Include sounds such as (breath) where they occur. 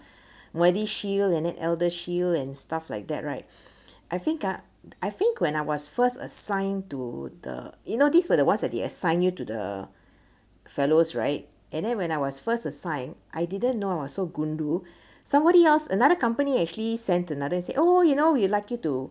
MediShield and then ElderShield and stuff like that right (breath) I think ah I think when I was first assigned to the you know this was the what's that they assigned you to the fellows right and then when I was first assigned I didn't know I was so gundu somebody else another company actually sent another say oh you know we'd like you to